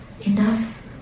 enough